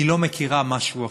אני לא מכירה משהו אחר.